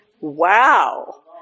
Wow